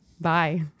bye